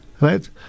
Right